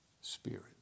Spirit